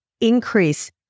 increase